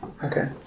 Okay